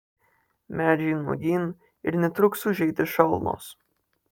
medžiai nuogyn ir netruks užeiti šalnos